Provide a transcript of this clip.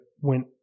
went